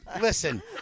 listen